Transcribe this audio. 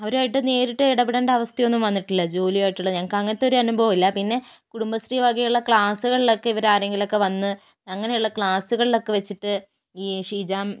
അവരുമായിട്ട് നേരിട്ട് ഇടപെടേണ്ട അവസ്ഥ ഒന്നും വന്നിട്ടില്ല ജോലി ആയിട്ടുള്ള ഞങ്ങൾക്ക് അങ്ങനത്തെ ഒരു അനുഭവം ഇല്ല പിന്നെ കുടുംബശ്രീ വകയുള്ള ക്ലാസ്സുകളിലൊക്കെ ഇവരാരെങ്കിലൊക്കെ വന്ന് അങ്ങനെയുള്ള ക്ലാസുകളിലൊക്കെ വച്ചിട്ട് ഈ ഷീജ